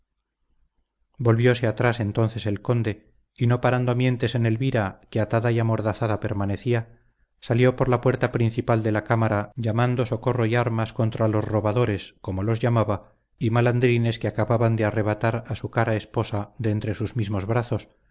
volvióse atrás entonces el conde y no parando mientes en elvira que atada y amordazada permanecía salió por la puerta principal de la cámara llamando socorro y armas contra los robadores como los llamaba y malandrines que acababan de arrebatar a su cara esposa de entre sus mismos brazos